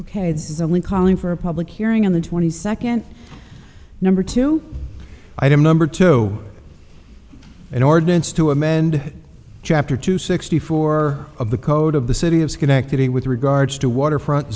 ok this is only calling for a public hearing on the twenty second number two item number two an ordinance to amend chapter two sixty four of the code of the city of schenectady with regards to waterfront